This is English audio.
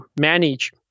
manage